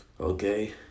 okay